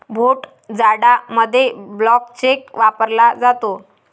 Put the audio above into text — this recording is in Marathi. भोट जाडामध्ये ब्लँक चेक वापरला जातो